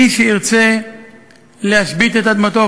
מי שירצה להשבית את אדמתו,